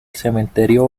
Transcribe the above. cementerio